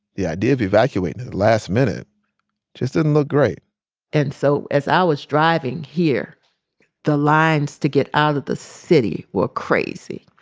the idea of evacuating at the last minute just didn't look great and so, as i was driving here the lines to get out of the city were crazy.